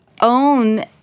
own